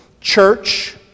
church